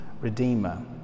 redeemer